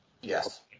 Yes